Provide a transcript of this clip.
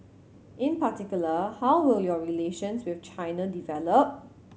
in particular how will your relations with China develop